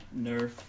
Nerf